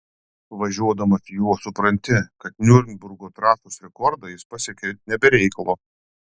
važiuodamas juo supranti kad niurburgo trasos rekordą jis pasiekė ne be reikalo